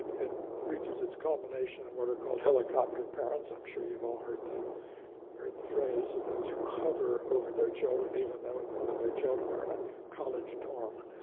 it reaches its culmination in what are called helicopter parents. i'm sure you've all heard the heard the phrase, those who hover over their children, even though when their children are in a college dorm.